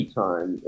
time